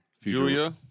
Julia